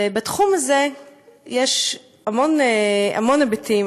בתחום הזה יש המון היבטים,